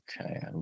Okay